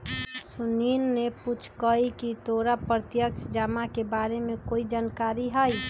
सुनील ने पूछकई की तोरा प्रत्यक्ष जमा के बारे में कोई जानकारी हई